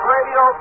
Radio